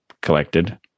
collected